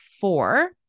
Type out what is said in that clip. four